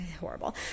horrible